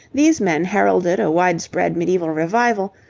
these men heralded a widespread medieval revival,